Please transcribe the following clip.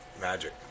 Magic